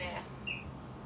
can look forward to that